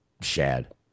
Shad